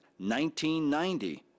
1990